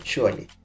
Surely